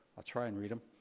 i'll try and read em.